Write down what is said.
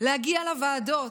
להגיע לוועדות,